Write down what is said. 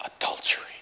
adultery